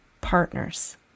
partners